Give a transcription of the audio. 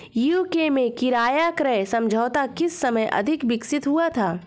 UK में किराया क्रय समझौता किस समय अधिक विकसित हुआ था?